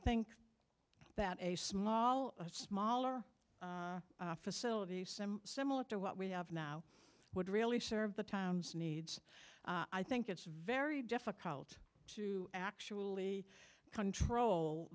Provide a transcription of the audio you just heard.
think that a small smaller facility sim similar to what we have now would really serve the times needs i think it's very difficult to actually control